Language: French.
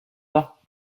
pas